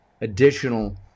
additional